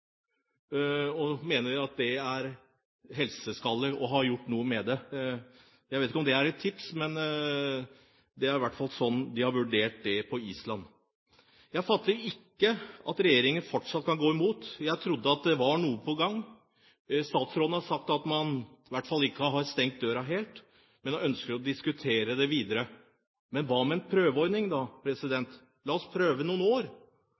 mener at det er helseskadelig og har gjort noe med det. Jeg vet ikke om det er et tips, men det er i hvert fall sånn de har vurdert det på Island. Jeg fatter ikke at regjeringen fortsatt kan gå imot. Jeg trodde at det var noe på gang. Statsråden har sagt at man i hvert fall ikke har stengt døren helt, men ønsker å diskutere det videre. Hva med en prøveordning? La oss prøve noen år.